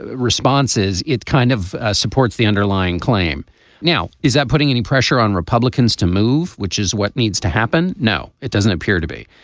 responses it kind of supports the underlying claim now is that putting any pressure on republicans to move which is what needs to happen now it doesn't appear to be.